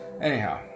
anyhow